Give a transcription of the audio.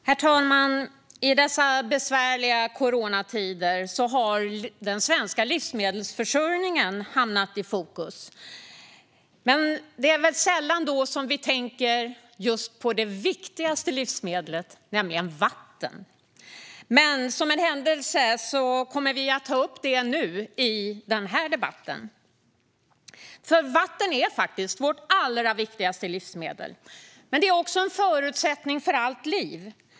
Herr talman! I dessa besvärliga coronatider har den svenska livsmedelsförsörjningen hamnat i fokus. Men det är sällan som vi tänker på det viktigaste livsmedlet, nämligen vatten. Som av en händelse kommer vi nu att ta upp det i den här debatten. Vatten är vårt allra viktigaste livsmedel. Det är också en förutsättning för allt liv.